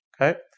okay